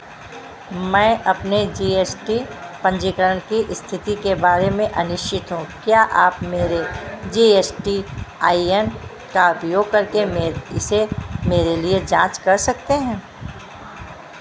मैं अपने G S T पंजीकरण की स्थिति के बारे में अनिश्चित हूँ क्या आप मेरे G S T I N का उपयोग करके मेर इसे मेरे लिए जाँच सकते हैं